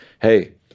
hey